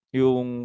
yung